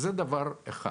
זה דבר אחד,